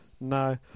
no